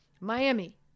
Miami